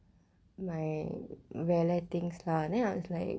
my வேலை:veelai things lah then I was like